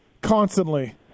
constantly